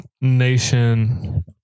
nation